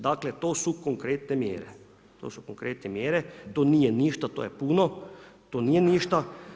Dakle to su konkretne mjere, to su konkretne mjere, to nije ništa, to je puno, to nije ništa.